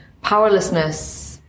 powerlessness